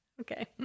Okay